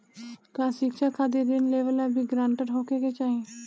का शिक्षा खातिर ऋण लेवेला भी ग्रानटर होखे के चाही?